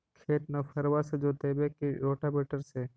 खेत नौफरबा से जोतइबै की रोटावेटर से?